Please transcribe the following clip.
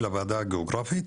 של הוועדה הגיאוגרפית,